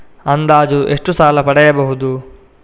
ಅಂದಾಜು ಎಷ್ಟು ಸಾಲ ಪಡೆಯಬಹುದು?